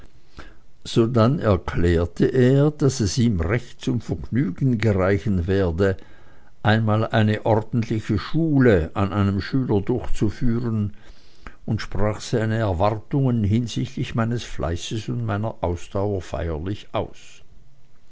sodann erklärte er daß es ihm recht zum vergnügen gereichen werde einmal eine ordentliche schule an einem schüler durchzuführen und sprach seine erwartungen hinsichtlich meines fleißes und meiner ausdauer feierlich aus